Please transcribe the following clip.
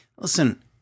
Listen